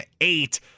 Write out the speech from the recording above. eight